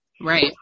Right